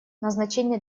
назначения